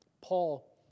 Paul